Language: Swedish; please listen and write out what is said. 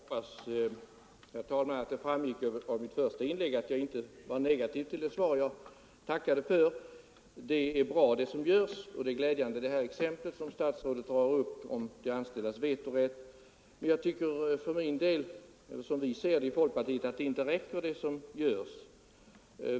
Herr talman! Jag hoppas att det framgick av mitt första inlägg att jag inte var negativ till det svar jag tackade för. Det är bra det som görs, och det var ett glädjande exempel som statsrådet drog upp om de anställdas vetorätt. Som vi ser det inom folkpartiet räcker det emellertid inte med det som för närvarande görs.